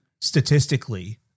statistically